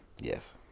Yes